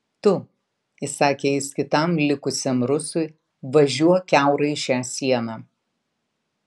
tu įsakė jis kitam likusiam rusui važiuok kiaurai šią sieną